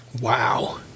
Wow